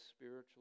spiritual